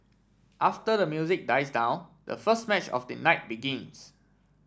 after the music dies down the first match of the night begins